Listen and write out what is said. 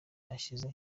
ashize